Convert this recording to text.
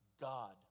god